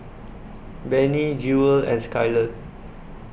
Benny Jewel and Skylar